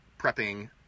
prepping